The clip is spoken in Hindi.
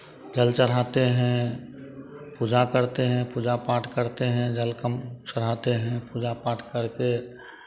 जल चढ़ाते हैं पूजा करते हैं पूजा पाठ करते हैं जल कम चढ़ाते हैं पूजा पाठ करके